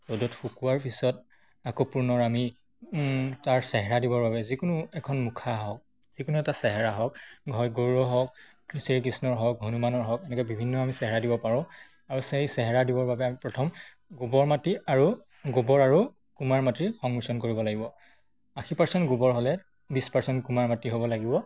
ৰ'দত শুকোৱাৰ পিছত আকৌ পুনৰ আমি তাৰ চেহেৰা দিবৰ বাবে যিকোনো এখন মুখা হওক যিকোনো এটা চেহেৰা হওক হয় গৰুড় হওক শ্ৰীকৃষ্ণৰ হওক হনুমানৰ হওক এনেকৈ বিভিন্ন আমি চেহৰা দিব পাৰোঁ আৰু সেই চেহেৰা দিবৰ বাবে আমি প্ৰথম গোবৰ মাটি আৰু গোবৰ আৰু কুমাৰ মাটিৰ সংমিশ্ৰণ কৰিব লাগিব আশী পাৰ্চেণ্ট গোবৰ হ'লে বিছ পাৰ্চেণ্ট কুমাৰ মাটি হ'ব লাগিব